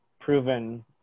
proven